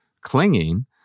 clinging